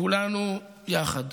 כולנו יחד,